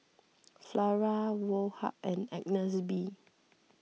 Flora Woh Hup and Agnes B